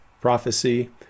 prophecy